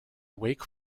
wake